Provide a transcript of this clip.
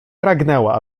pragnęła